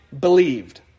believed